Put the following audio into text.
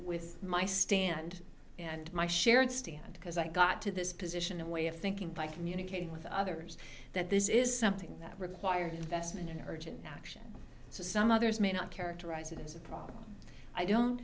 with my stand and my share and stand because i got to this position a way of thinking by communicating with others that this is something that requires investment in urgent action so some others may not characterize it as a problem i don't